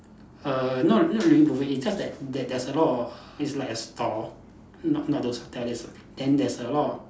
err not not really buffet it's just that that there's a lot of it's like a store not not those hotel there's a then there's a lot of